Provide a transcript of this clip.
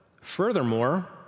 Furthermore